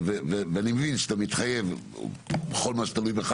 ואני מבין שאתה מתחייב בכל מה שתלוי בך